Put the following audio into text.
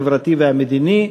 החברתי והמדיני.